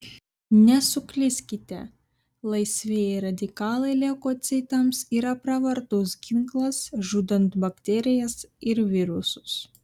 nesuklyskite laisvieji radikalai leukocitams yra pravartus ginklas žudant bakterijas ir virusus